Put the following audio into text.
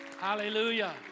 hallelujah